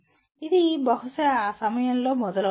ఇది బహుశా ఆ సమయంలో మొదలవుతుంది